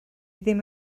ddim